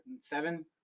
Seven